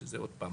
שזה עוד פעם,